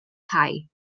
cau